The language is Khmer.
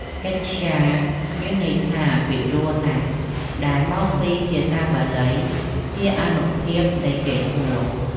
កិត្យា មានន័យពិរោះណាស់ដែលមកពីភាសាបាលី ជាអានុភាពនៃកេរ្តិ៍ឈ្មោះ។